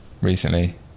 Recently